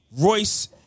Royce